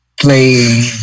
playing